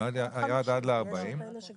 אם